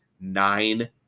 nine